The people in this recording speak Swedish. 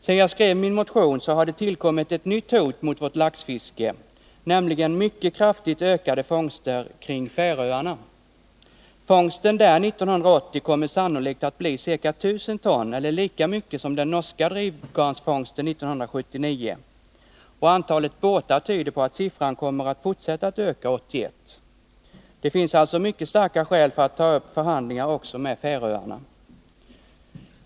Sedan jag skrev min motion har det tillkommit ett nytt hot mot vårt laxfiske, nämligen mycket kraftigt ökade fångster kring Färöarna. Fångsten där 1980 kommer sannolikt att bli ca 1000 ton, eller lika mycket som den norska drivgarnsfångsten 1979. Och antalet båtar tyder på att siffran kommer att fortsätta att öka 1981. Det finns alltså mycket starka skäl att ta upp förhandlingar också med Färöarna.